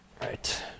Right